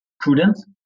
prudence